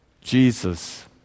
Jesus